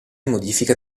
modifica